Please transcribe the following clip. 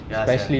ya sia